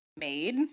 made